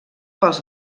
pels